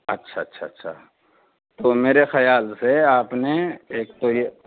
اچھا اچھا اچھا تو میرے خیال سے آپ نے ایک تو یہ